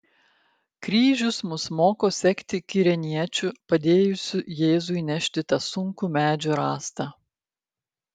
kryžius mus moko sekti kirėniečiu padėjusiu jėzui nešti tą sunkų medžio rąstą